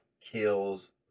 kills